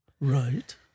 Right